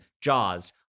Jaws